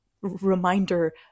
reminder